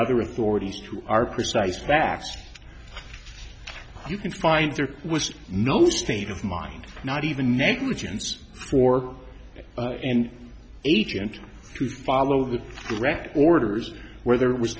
other authorities to our precise facts you can find there was no state of mind not even negligence for the ins agent to follow the direct orders where there was